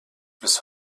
bis